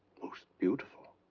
most beautiful?